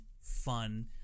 fun